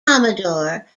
commodore